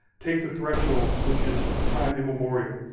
take the threshold, which is from time immemorial.